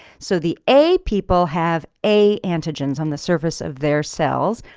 so the a people have a antigens on the surface of their cells.